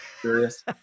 curious